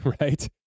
right